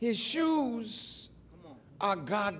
his shoes on god